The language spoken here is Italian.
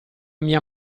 mia